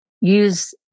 use